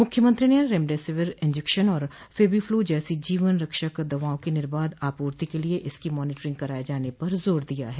मुख्यमंत्री ने remdesivir injection और फैबीफ्लू जैसी जीवन रक्षक दवाओं की निर्बाध आपूर्ति के लिये इसकी मॉनीटरिंग कराये जाने पर जोर दिया है